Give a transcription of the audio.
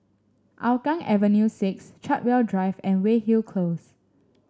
Hougang Avenue Six Chartwell Drive and Weyhill Close